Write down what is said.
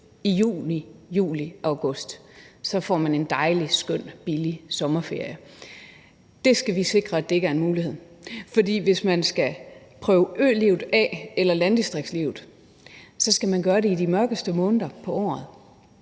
i juni, juli og august. Så får jeg en dejlig skøn og billig sommerferie. Det skal vi sikre ikke er en mulighed. For hvis man skal prøve ølivet eller landdistriktslivet af, skal man gøre det i de mørkeste måneder af året,